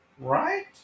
Right